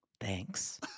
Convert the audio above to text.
Thanks